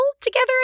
together